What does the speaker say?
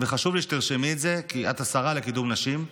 חשוב לי שתרשמי את זה, כי את השרה לקידום נשים,